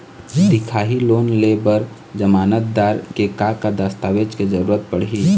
दिखाही लोन ले बर जमानतदार के का का दस्तावेज के जरूरत पड़ही?